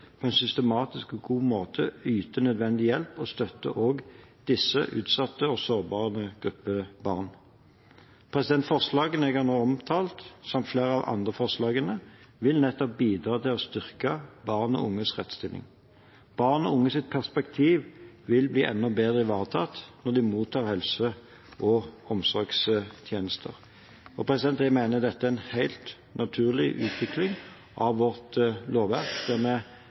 på en systematisk og god måte yter nødvendig hjelp og støtte også til denne utsatte og sårbare gruppen barn. Forslagene jeg nå har omtalt, samt flere av de andre forslagene, vil bidra til å styrke barn og unges rettsstilling. Barn og unges perspektiv vil bli enda bedre ivaretatt når de mottar helse- og omsorgstjenester. Jeg mener dette er en helt naturlig utvikling av vårt lovverk,